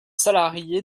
salariés